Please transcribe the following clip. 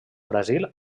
brasil